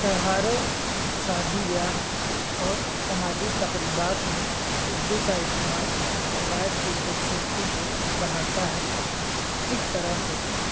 تہواروں شادی بیاہ اور سماجی تقریبات میں اردو کا استعمال روایت کی خوبصورتی کو بڑھاتا ہے اس طرح سے